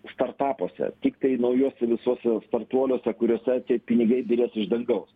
startapuose tiktai naujuose visuose startoliuose kuriuose tie pinigai birės iš dangaus